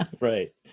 Right